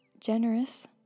generous